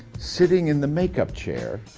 sitting in the makeup chair.